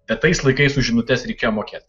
bet tais laikais už žinutes reikia mokėti